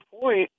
point